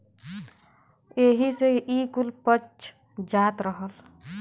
एही से ई कुल पच जात रहल